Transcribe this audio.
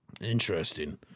Interesting